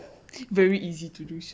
very easy to lose